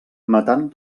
matant